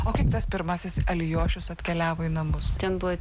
o kaip tas pirmąsias alijošius atkeliavo į namus ten buvo